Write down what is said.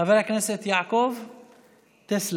חבר הכנסת יעקב טסלר,